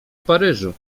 paryżu